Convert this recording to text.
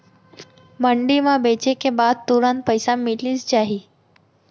मंडी म बेचे के बाद तुरंत पइसा मिलिस जाही?